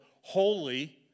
holy